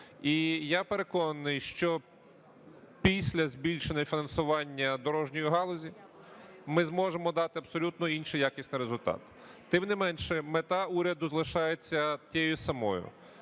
І я переконаний, що після збільшення фінансування дорожньої галузі ми зможемо дати абсолютно інший якісний результат. Тим не менше, мета уряду залишається тією самою: